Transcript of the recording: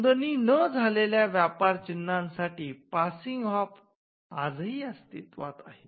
नोंदणी न झालेल्या व्यापार चिन्हा साठी पासिंग ऑफ आज ही अस्तित्वात आहे